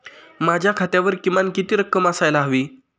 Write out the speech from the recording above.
माझ्या खात्यावर किमान किती रक्कम असायला हवी?